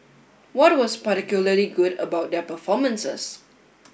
what was particularly good about their performances